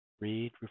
Read